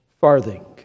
farthing